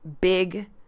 Big